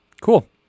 Cool